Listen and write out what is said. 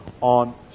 on